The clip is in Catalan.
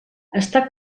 està